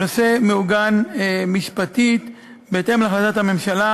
3. הנושא מעוגן משפטית בהתאם להחלטת הממשלה